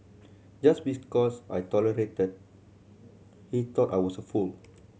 just because I tolerated he thought I was a fool